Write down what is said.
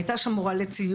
הייתה שם מורה לציור,